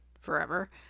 forever